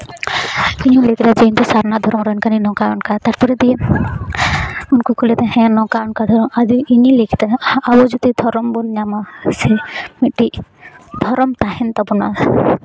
ᱤᱧ ᱫᱩᱧ ᱞᱟᱹᱭ ᱠᱮᱫᱟ ᱡᱮ ᱤᱧ ᱫᱚ ᱥᱟᱨᱱᱟ ᱫᱷᱚᱨᱚᱢ ᱨᱮᱱ ᱠᱟᱹᱱᱟᱹᱧ ᱱᱚᱝᱠᱟ ᱚᱝᱠᱟ ᱛᱟᱨᱯᱚᱨᱮ ᱫᱤᱭᱮ ᱩᱱᱠᱩ ᱠᱚ ᱞᱟᱹᱭᱫᱟ ᱦᱮᱸ ᱱᱚᱝᱠᱟ ᱚᱝᱠᱟ ᱦᱩᱭᱩᱜ ᱟᱫᱚ ᱤᱧ ᱫᱚᱹᱧ ᱞᱟᱹᱭ ᱠᱮᱫᱟ ᱟᱵᱚ ᱡᱩᱫᱤ ᱫᱷᱚᱨᱚᱢ ᱵᱚᱱ ᱧᱟᱢᱟ ᱥᱮ ᱢᱤᱫᱴᱤᱡ ᱫᱷᱚᱨᱚᱢ ᱛᱟᱦᱮᱱ ᱛᱟᱵᱳᱱᱟ